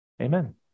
Amen